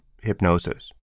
hypnosis